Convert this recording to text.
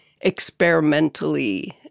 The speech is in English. experimentally